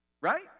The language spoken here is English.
right